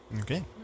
Okay